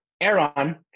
aaron